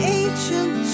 ancient